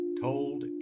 told